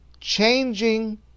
changing